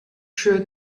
sure